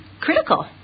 critical